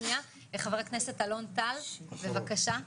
חברה כנסת אלון בבקשה,